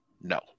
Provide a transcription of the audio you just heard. No